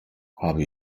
habe